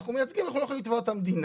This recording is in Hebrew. מייצגים אנחנו לא יכולים לתבוע את המדינה.